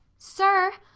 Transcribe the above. sir,